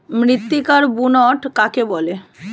মৃত্তিকার বুনট কাকে বলে?